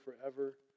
forever